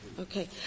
Okay